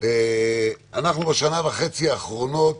בשנה וחצי האחרונות